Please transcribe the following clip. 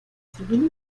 cyrillique